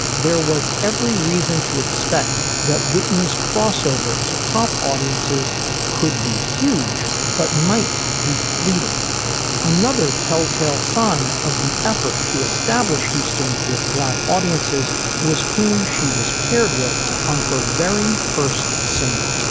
there was every reason to expect that whitney's crossover to pop audiences could be huge, but might be fleeting another telltale sign of the effort to establish houston with black audiences was whom she was paired with on her very first single